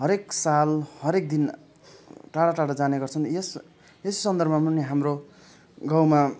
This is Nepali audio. हरएक साल हरएक दिन टाढा टाढा जाने गर्छन् यस यस सन्दर्भमा पनि हाम्रो गाउँमा